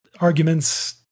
arguments